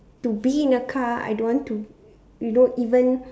to be in the car I don't want to you know even